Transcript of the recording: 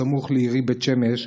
הסמוך לעירי בית שמש,